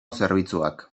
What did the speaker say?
zerbitzuak